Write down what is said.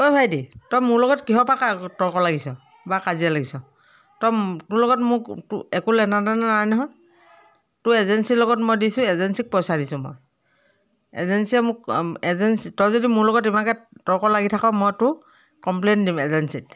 অঁ ভাইটি তই মোৰ লগত কিহৰপৰা তৰ্ক লাগিছ বা কাজিয়া লাগিছ তই তোৰ লগত মোৰ তোৰ একো লেনা দেনা নাই নহয় তোৰ এজেন্সিৰ লগত মই দিছোঁ এজেন্সিক পইচা দিছোঁ মই এজেন্সিয়ে মোক এজেন্সি তই যদি মোৰ লগত ইমানকৈ তৰ্ক লাগি থাক মই তোৰ কমপ্লেইন দিম এজেন্সিত